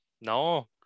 No